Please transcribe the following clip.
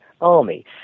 Army